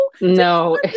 No